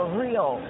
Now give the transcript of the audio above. real